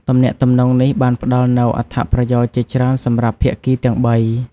ទំនាក់ទំនងនេះបានផ្តល់នូវអត្ថប្រយោជន៍ជាច្រើនសម្រាប់ភាគីទាំងបី។